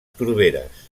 torberes